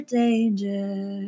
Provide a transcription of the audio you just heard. danger